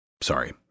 Sorry